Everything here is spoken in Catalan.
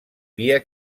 via